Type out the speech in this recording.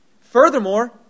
Furthermore